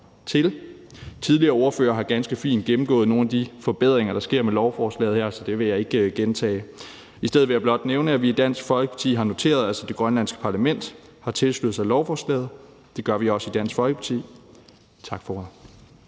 Tidligere ordførere har ganske fint gennemgået nogle af de forbedringer, der sker med lovforslaget her, så det vil jeg ikke gentage. I stedet vil jeg blot nævne, at vi i Dansk Folkeparti har noteret os, at det grønlandske parlament har tilsluttet sig lovforslaget. Det gør vi også i Dansk Folkeparti. Tak for ordet.